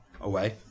away